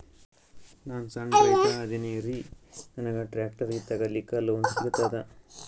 ನಾನ್ ಸಣ್ ರೈತ ಅದೇನೀರಿ ನನಗ ಟ್ಟ್ರ್ಯಾಕ್ಟರಿ ತಗಲಿಕ ಲೋನ್ ಸಿಗತದ?